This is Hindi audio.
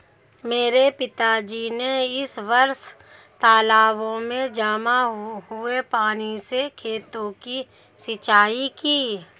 मेरे पिताजी ने इस वर्ष तालाबों में जमा हुए पानी से खेतों की सिंचाई की